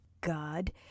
God